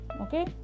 Okay